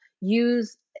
use